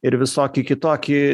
ir visokie kitokie